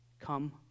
come